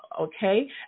okay